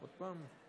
בהצעה מוצמדת,